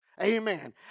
Amen